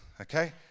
okay